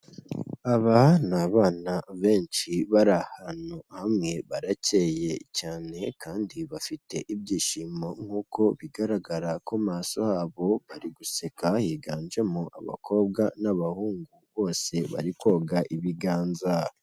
Aba ni abana benshi bari ahantu hamwe baracyeye cyane kandi bafite ibyishimo nkuko bigaragara ko maso habobo, bari guseka higanjemo abakobwa n'abahungu bose bari koga ibiganza.